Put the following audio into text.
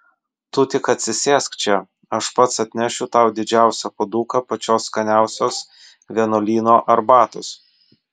tu tik atsisėsk čia aš pats atnešiu tau didžiausią puoduką pačios skaniausios vienuolyno arbatos